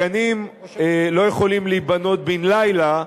הגנים לא יכולים להיבנות בן-לילה,